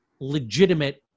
legitimate